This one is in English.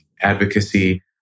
advocacy